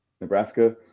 Nebraska